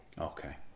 Okay